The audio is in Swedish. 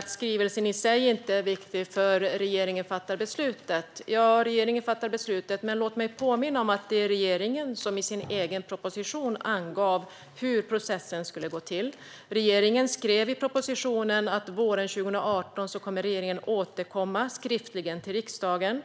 att skrivelsen i sig inte är viktig för regeringens beslut. Ja, regeringen fattar beslutet, men låt mig påminna om att det är regeringen som i sin egen proposition angav hur processen skulle gå till. Regeringen skrev i propositionen att man under våren 2018 skulle återkomma skriftligen till riksdagen.